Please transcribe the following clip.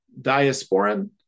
Diasporan